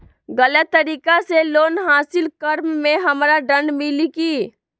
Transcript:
गलत तरीका से लोन हासिल कर्म मे हमरा दंड मिली कि?